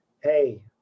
hey